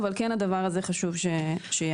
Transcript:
אבל כן הדבר הזה חשוב שייאמר.